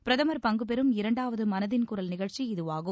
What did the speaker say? பிரதமர் பங்கு பெறும் இரண்டாவது மனதின் குரல் நிகழ்ச்சி இதுவாகும்